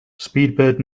speedbird